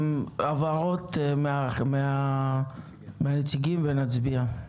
הבהרות מן הנציגים ואז נצביע.